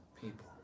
people